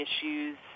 issues